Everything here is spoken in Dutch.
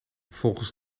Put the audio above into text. volgens